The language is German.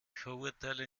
verurteile